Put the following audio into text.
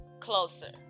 closer